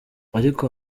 ariko